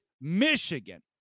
Michigan